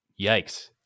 yikes